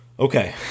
Okay